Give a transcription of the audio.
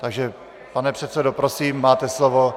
Takže pane předsedo, prosím, máte slovo.